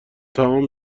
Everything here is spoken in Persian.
تمام